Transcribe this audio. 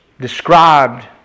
described